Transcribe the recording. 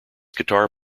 guitar